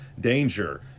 danger